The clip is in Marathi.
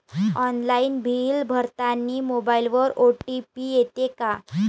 ऑनलाईन बिल भरतानी मोबाईलवर ओ.टी.पी येते का?